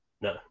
No